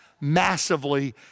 massively